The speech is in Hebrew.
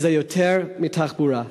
שזה יותר מתחבורה.